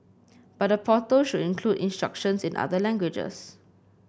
but the portal should include instructions in other languages